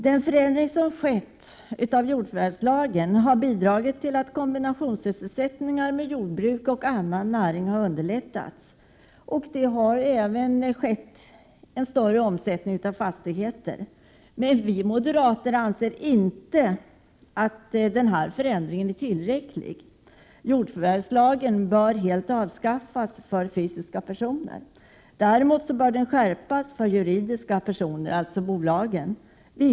Den förändring som skett i jordförvärvslagen har bidragit till att kombinationssysselsättningar mellan jordbruk och annan näring underlättats. Även en större omsättning av fastigheter har kommit till stånd. Vi moderater anser inte att denna förändring är tillräcklig. Jordförvärvslagen bör helt avskaffas för fysiska personer. Den bör däremot skärpas för juridiska personer, alltså för bolag.